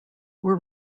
were